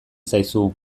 zaizu